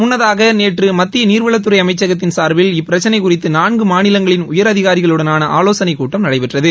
முள்ளதாக நேற்று மத்திய நீர்வளத்துறை அமைச்சகத்தின் சார்பில் இப்பிரச்சினை குறித்து நான்கு மாநிலங்களின் உயரதிகாரிகளுடனான ஆலோசனை கூட்டம் நடைபெற்றது